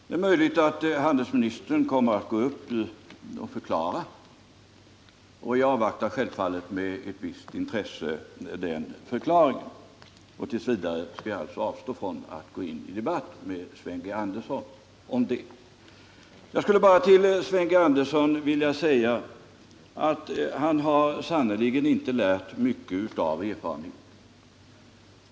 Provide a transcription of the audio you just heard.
Det är möjligt att handelsministern kommer att gå upp i debatten för att ge en förklaring, något som jag avvaktar med ett visst intresse. T. v. skall jag alltså avstå från att debattera med Sven G. Andersson om detta. Jag skulle bara vilja säga till Sven G. Andersson att han har sannerligen inte lärt mycket av erfarenheten.